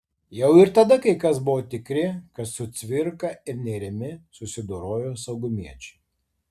jau ir tada kai kas buvo tikri kad su cvirka ir nėrimi susidorojo saugumiečiai